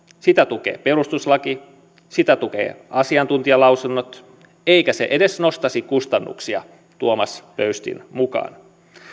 sitä tukee perustuslaki sitä tukevat asiantuntijalausunnot eikä se edes nostaisi kustannuksia tuomas pöystin mukaan